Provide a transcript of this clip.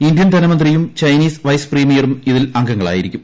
Indian ധനമന്ത്രിയും Chinese vice പ്രിമിയറും ഇതിൽ അംഗങ്ങളായിരിക്കും